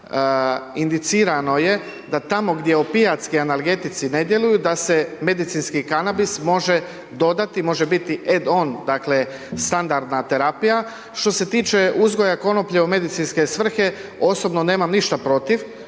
indicirano je da tamo gdje opijatski analgetici ne djeluju da se medicinski kanabis može dodati, može biti ed on, dakle, standardna terapija. Što se tiče uzgoja konoplje u medicinske svrhe, osobno nemam ništa protiv,